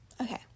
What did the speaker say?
Okay